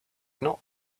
not